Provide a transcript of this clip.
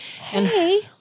Hey